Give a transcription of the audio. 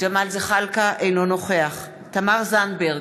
אינו נוכח תמר זנדברג,